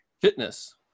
fitness